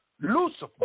Lucifer